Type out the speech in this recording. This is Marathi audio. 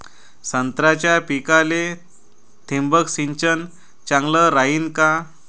संत्र्याच्या पिकाले थिंबक सिंचन चांगलं रायीन का?